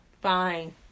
Fine